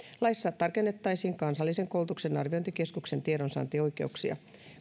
laissa tarkennettaisiin kansallisen koulutuksen arviointikeskuksen tiedonsaantioikeuksia